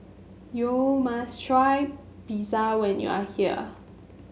you must try Pizza when you are here